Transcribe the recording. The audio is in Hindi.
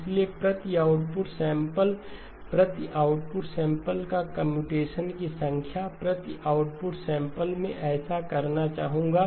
इसलिए प्रति आउटपुट सैंपल प्रति आउटपुट सैंपल की कम्प्यूटेशन की संख्या प्रति आउटपुट सैंपल मैं ऐसा करना चाहूंगा